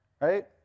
right